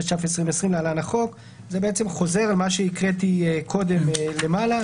התש"ף-2020 (להלן החוק) --- זה בעצם חוזר על מה שהקראתי קודם למעלה,